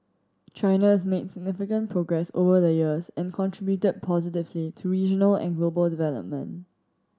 China has made significant progress over the years and contributed positively to regional and global development